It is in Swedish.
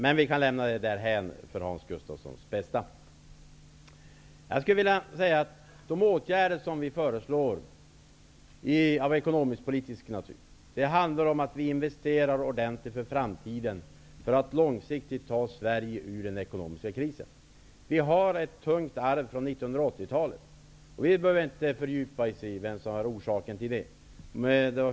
Men vi kan lämna det därhän, för Hans Gustafssons bästa. Jag skulle vilja säga att de åtgärder av ekonomiskpolitisk natur som vi föreslår handlar om att investera ordentligt för framtiden för att långsiktigt ta Sverige ur den ekonomiska krisen. Vi har ett tungt arv från 1980-talet, och vi behöver inte fördjupa oss i vem som var orsak till det.